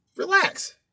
Relax